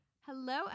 Hello